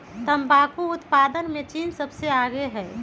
तंबाकू उत्पादन में चीन सबसे आगे हई